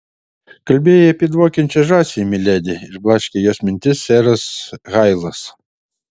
kalbėjai apie dvokiančią žąsį miledi išblaškė jos mintis seras hailas